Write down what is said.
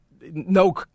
no